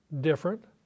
different